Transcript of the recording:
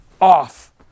off